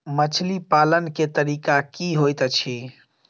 मछली पालन केँ तरीका की होइत अछि?